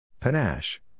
Panache